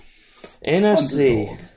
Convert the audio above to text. NFC